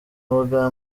ubwa